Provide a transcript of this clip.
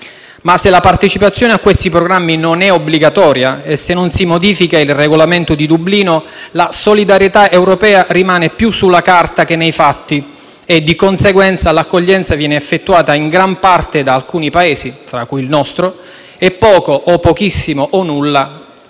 Se però la partecipazione a questi programmi non è obbligatoria e se non si modifica il regolamento di Dublino, la solidarietà europea rimane più sulla carta che nei fatti e di conseguenza l'accoglienza viene effettuata in gran parte da alcuni Paesi, tra cui il nostro, e poco o pochissimo o nulla